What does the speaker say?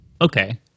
Okay